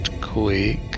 quick